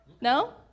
No